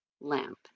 lamp